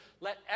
Let